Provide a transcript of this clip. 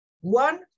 one